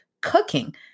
cooking